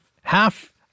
half